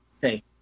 Hey